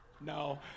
no